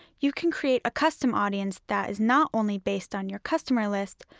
you can create a custom audience that is not only based on your customer list,